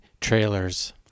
trailers